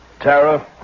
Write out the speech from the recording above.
Tara